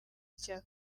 cya